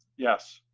yes,